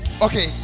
Okay